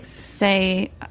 Say